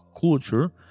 culture